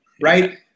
Right